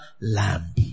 lamb